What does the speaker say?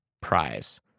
prize